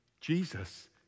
Jesus